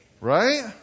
Right